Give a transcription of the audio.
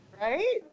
Right